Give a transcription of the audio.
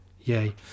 yay